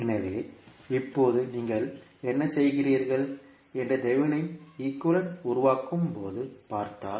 எனவே இப்போது நீங்கள் என்ன செய்கிறீர்கள் என்று தெவெனின் ஈக்குவேலன்ட் உருவாக்கும் போது பார்த்தால்